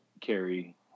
carry